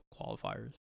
qualifiers